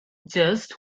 just